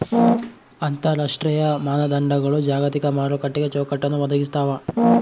ಅಂತರರಾಷ್ಟ್ರೀಯ ಮಾನದಂಡಗಳು ಜಾಗತಿಕ ಮಾರುಕಟ್ಟೆಗೆ ಚೌಕಟ್ಟನ್ನ ಒದಗಿಸ್ತಾವ